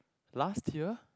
last year